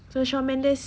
so shawn mendes